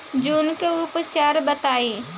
जूं के उपचार बताई?